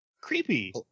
creepy